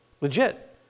Legit